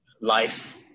life